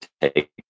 take